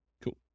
Cool